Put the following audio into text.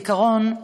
בעיקרון,